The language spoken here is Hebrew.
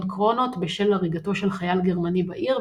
קרונות בשל הריגתו של חייל גרמני בעיר,